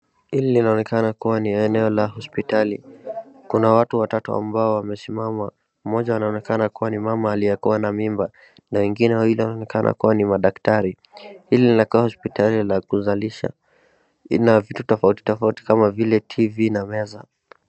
Hili linaonekana kuwa ni eneo la hospitali. Kuna watu watatu ambao wamesimama, mmoja anaonekana kuwa ni mama aliyekuwa na mimba, na wengine wawili wanaonekana kuwa ni madaktari. Hili linakaa hospitali la kuzalisha, lina vitu tofauti tofauti kama vile TV na meza.